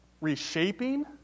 reshaping